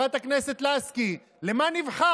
לבג"ץ לא להרוס בתי מחבלים ואתם לא מוכנים